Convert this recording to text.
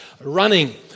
running